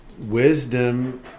wisdom